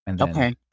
Okay